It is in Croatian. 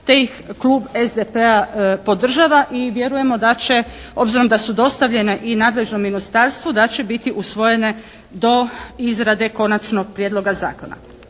te ih Klub SDP-a podržava i vjerujemo da će obzirom da su dostavljene i nadležnom Ministarstvu da će biti usvojene do izrade Konačnog prijedloga zakona.